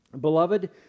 beloved